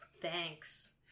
thanks